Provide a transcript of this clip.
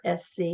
sc